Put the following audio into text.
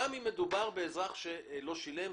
גם אם מדובר באזרח שלא שילם.